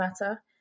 Matter